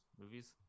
movies